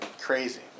Crazy